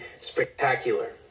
spectacular